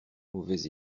mauvais